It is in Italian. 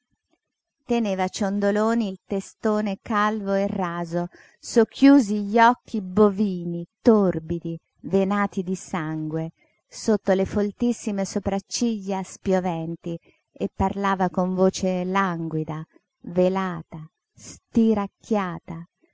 teneva ciondoloni il testone calvo e raso socchiusi gli occhi bovini torbidi venati di sangue sotto le foltissime sopracciglia spioventi e parlava con voce languida velata stiracchiata